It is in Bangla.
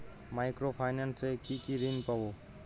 মাইক্রো ফাইন্যান্স এ কি কি ঋণ পাবো?